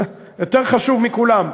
יותר חשוב מכולם,